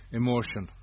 emotion